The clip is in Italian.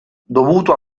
dovuto